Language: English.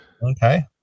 Okay